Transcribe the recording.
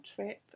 trip